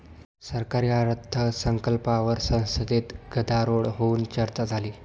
सरकारी अर्थसंकल्पावर संसदेत गदारोळ होऊन चर्चा झाली